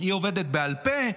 היא עובדת בעל פה.